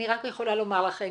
אני רק יכולה לומר לכם,